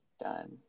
Done